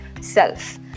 self